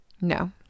No